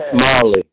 Marley